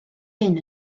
hyn